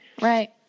Right